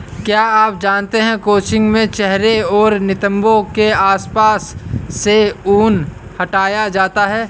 क्या आप जानते है क्रचिंग में चेहरे और नितंबो के आसपास से ऊन हटाया जाता है